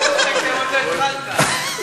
עוד לא התחלת.